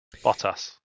Bottas